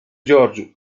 george